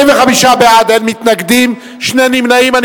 25 בעד, אין מתנגדים, ושני נמנעים.